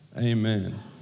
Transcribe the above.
Amen